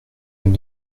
elle